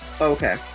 okay